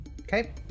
Okay